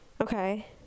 Okay